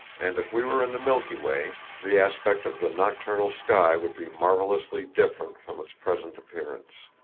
and if we were in the milky way the aspect of the nocturnal sky would be marvelously different from its present appearance.